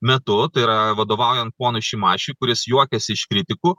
metu tai yra vadovaujant ponui šimašiui kuris juokiasi iš kritikų